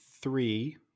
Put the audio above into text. three